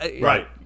Right